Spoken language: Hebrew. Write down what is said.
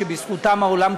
שבזכותם העולם קיים,